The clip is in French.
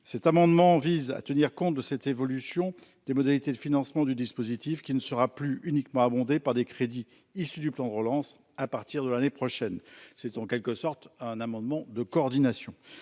cet amendement vise à tenir compte de cette évolution des modalités de financement du dispositif qui ne sera plus uniquement abondé par des crédits issus du plan de relance à partir de l'année prochaine, c'est en quelque sorte un amendement de coordination.